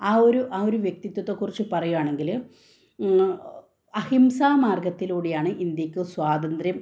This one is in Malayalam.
ആ ഒരു ആ ഒരു വ്യക്തിത്വത്തെ കുറിച്ച് പറയുകയാണെങ്കിൽ അഹിംസ മാര്ഗ്ഗത്തിലൂടെയാണ് ഇന്ത്യയ്ക്ക് സ്വാതന്ത്യം